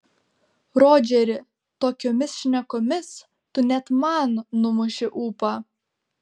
rodžeri tokiomis šnekomis tu net man numuši ūpą